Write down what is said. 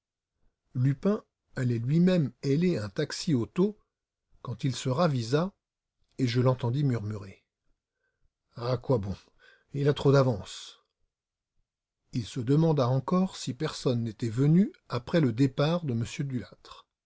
lupin allait lui-même héler un taxi auto quand il se ravisa et je l'entendis murmurer à quoi bon il a trop d'avance il demanda encore si personne n'était venu après le départ de